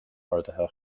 orduithe